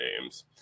names